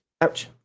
ouch